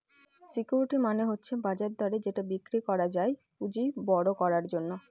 security মানে হচ্ছে বাজার দরে যেটা বিক্রি করা যায় পুঁজি বড়ো করার জন্য